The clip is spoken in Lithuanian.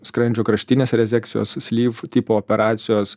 skrandžio kraštinės rezekcijos slyv tipo operacijos